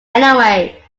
anyway